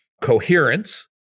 Coherence